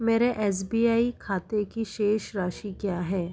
मेरे S B I खाते की शेष राशि क्या है